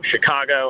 Chicago